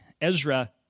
Ezra